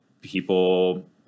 People